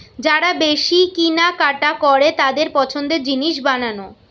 যারা বেশি কিনা কাটা করে তাদের পছন্দের জিনিস বানানো